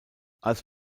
als